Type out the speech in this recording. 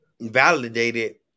validated